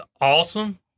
awesome